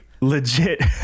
legit